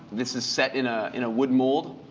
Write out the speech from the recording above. this is set in ah in a wood mold.